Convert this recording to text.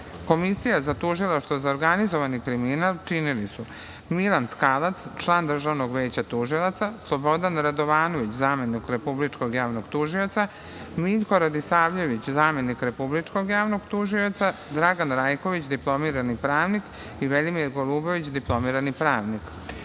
pravnik. Komisiju za Tužilaštvo za organizovani kriminal činili su Milan Tkalac, član DVT, Slobodan Radovanović, zamenik republičkog javnog tužioca, Miljko Radisavljević, zamenik republičkog javnog tužioca, Dragan Rajković, diplomirani pravnik i Velimir Golubović, diplomirani pravnik.Za